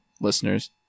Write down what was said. listeners